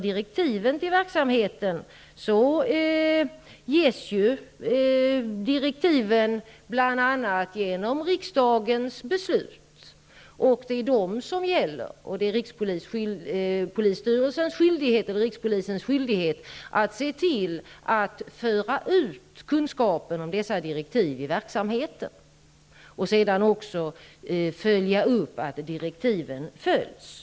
Direktiv till verksamheten ges bl.a. genom riksdagens beslut. Det är de som gäller. Det är rikspolisens skyldighet att se till att föra ut kunskapen om dessa direktiv i verksamheten samt att följa upp att direktiven följs.